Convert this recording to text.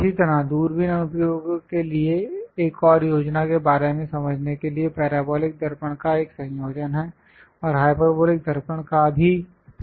इसी तरह दूरबीन अनुप्रयोगों के लिए और एक योजना के बारे में समझने के लिए पैराबोलिक दर्पण का एक संयोजन है और हाइपरबोलिक दर्पण का भी उपयोग किया जाएगा